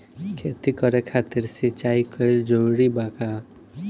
खेती करे खातिर सिंचाई कइल जरूरी बा का?